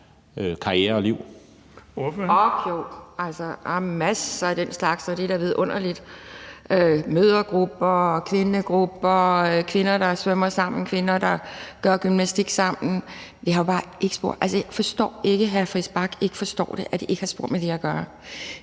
Kjærsgaard (DF): Ork ja. Der er masser af den slags, og det er da vidunderligt: mødregrupper; kvindegrupper; kvinder, der svømmer sammen; kvinder, der gør gymnastik sammen. Det har jo bare ikke spor med det at gøre. Altså, jeg forstår ikke, at hr. Christian Friis Bach ikke forstår, at det ikke har spor med det at gøre.